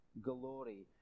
glory